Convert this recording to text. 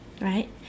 right